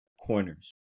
corners